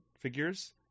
figures